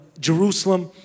Jerusalem